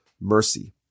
mercy